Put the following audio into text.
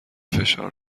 فشار